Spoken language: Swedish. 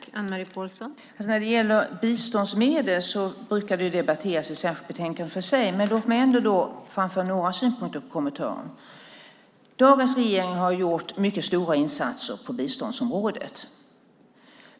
Fru talman! När det gäller biståndsmedel brukar den frågan debatteras i ett särskilt betänkande för sig, men låt mig ändå framföra några synpunkter och kommentarer. Dagens regering har gjort mycket stora insatser på biståndsområdet.